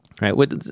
Right